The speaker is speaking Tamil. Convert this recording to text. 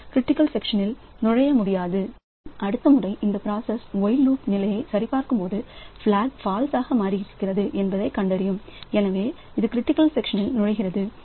மற்ற பிராசஸ் க்ரிட்டிக்கல் செக்ஷனில் முடிக்கும்போது பிளாக் ஃபால்ஸ் மாறிவிடுகிறது என்பதை நாம் அறிவோம் மேலும் அடுத்த முறை இந்த பிராசஸ் ஒயில்லூப் நிலையை சரிபார்க்கும் போது பிளாக் ஃபால்ஸ் மாறி இருக்கிறது என்பதைக் கண்டறியும் எனவே அது க்ரிட்டிக்கல் செக்ஷனில் நுழைகிறது